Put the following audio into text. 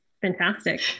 Fantastic